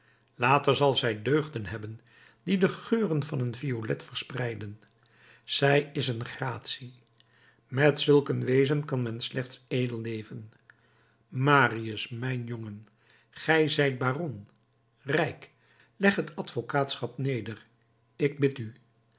later zal zij deugden hebben die de geuren van een violet verspreiden zij is een gratie met zulk een wezen kan men slechts edel leven marius mijn jongen gij zijt baron rijk leg het advocaatschap neder ik bid u